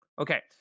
Okay